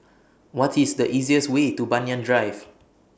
What IS The easiest Way to Banyan Drive